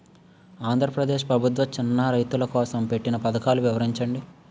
ఆంధ్రప్రదేశ్ ప్రభుత్వ చిన్నా రైతుల కోసం పెట్టిన పథకాలు వివరించండి?